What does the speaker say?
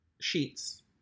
sheets